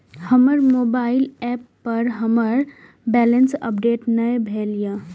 हमर mobile app पर हमर बैलेंस अपडेट ने भेल या